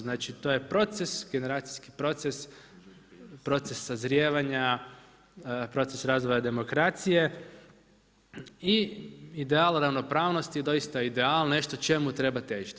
Znači, to je proces, generacijski proces, proces sazrijevanja, proces razvoja demokracije i ideala ravnopravnosti doista ideal, nešto čemu treba težiti.